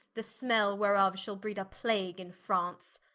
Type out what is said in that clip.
the smell whereof shall breed a plague in france.